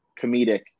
comedic